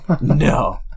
No